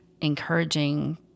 encouraging